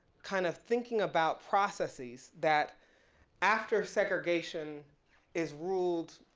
kind of, thinking about processes that after segregation is ruled,